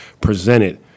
presented